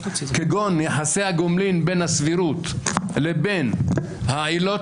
כגון יחסי הגומלין בין הסבירות לבין העילות